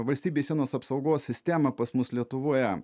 valstybės sienos apsaugos sistema pas mus lietuvoje